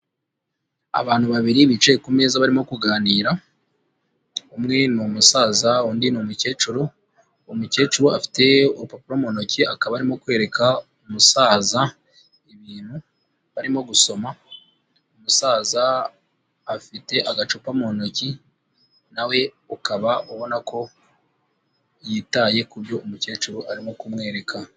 Abantu babiri bicaye ku meza barimo kuganira, umwe ni umusaza, undi ni umukecuru, umukecuru afite urupapuro mu ntoki akaba arimo kwereka umusaza ibintu barimo gusoma, umusaza afite agacupa mu ntoki na we ukaba ubona ko yitaye kubyo umukecuru arimo kumwereka.